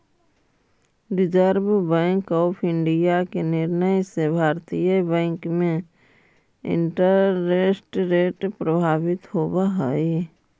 reserve bank of India के निर्णय से भारतीय बैंक में इंटरेस्ट रेट प्रभावित होवऽ हई